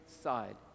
side